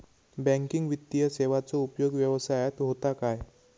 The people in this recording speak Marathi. बँकिंग वित्तीय सेवाचो उपयोग व्यवसायात होता काय?